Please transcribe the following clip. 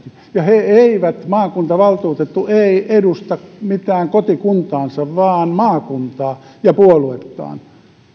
ja maakuntavaltuutettu ei edusta mitään kotikuntaansa vaan maakuntaa ja puoluettaan